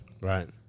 right